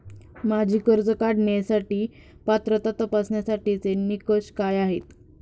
माझी कर्ज काढण्यासाठी पात्रता तपासण्यासाठीचे निकष काय आहेत?